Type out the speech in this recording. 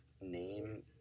name